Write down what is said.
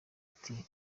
ati